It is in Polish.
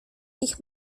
ich